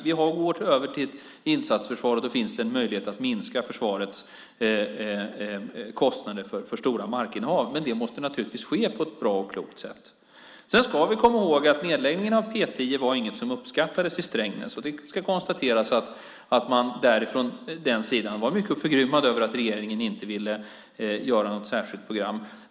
Vi går över till ett insatsförsvar, och då finns det en möjlighet att minska försvarets kostnader för stora markinnehav. Men det måste naturligtvis ske på ett bra och klokt sätt. Sedan ska vi komma ihåg att nedläggningen av P 10 inte var något som uppskattades i Strängnäs. De var mycket förgrymmade över att regeringen inte ville göra något särskilt program.